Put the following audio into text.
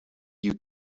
you